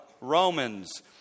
Romans